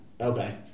Okay